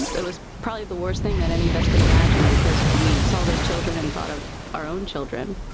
it was probably the worst thing that any of us could imagine because we saw those children and thought of our own children.